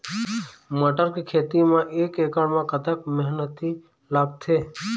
मटर के खेती म एक एकड़ म कतक मेहनती लागथे?